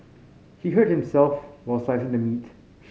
he hurt himself while slicing the meat